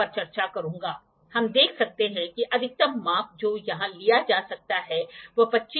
तो यहाँ यदि आप देखते हैं तो वहाँ एक स्लॉट है जो कि एक एंड मिल है जिसे बनाया गया है